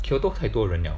Kyoto 太多人 liao